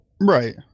Right